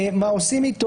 לראות מה עושים פה.